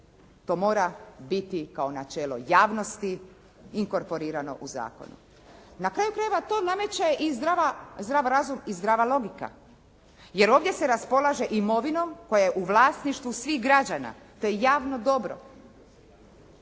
to mora biti kao načelo javnosti inkorporirano u zakonu. Na kraju krajeva, to nameće i zdrav razum i zdrava logika jer ovdje se raspolaže imovinom koja je u vlasništvu svih građana. To je javno dobro.